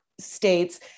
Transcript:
states